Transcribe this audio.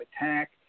attack